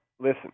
listen